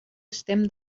estem